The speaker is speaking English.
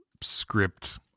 script